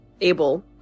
Abel